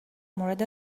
مورد